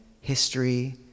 history